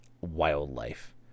wildlife